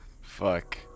Fuck